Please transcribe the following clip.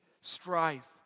strife